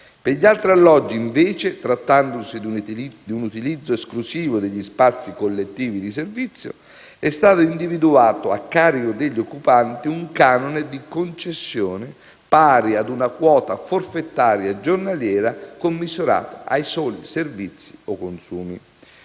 Per gli altri alloggi, invece, trattandosi di un utilizzo esclusivo degli spazi collettivi di servizio, è stato individuato, a carico degli occupanti, un canone di concessione pari ad una quota forfettaria giornaliera commisurata ai soli servizi o consumi.